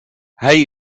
hij